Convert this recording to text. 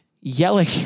yelling